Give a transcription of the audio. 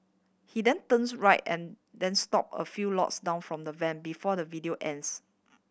he then turns right and then stop a few lots down from the van before the video ends